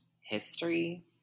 history